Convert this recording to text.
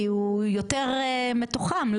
כי הוא יותר מתוחם,